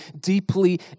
deeply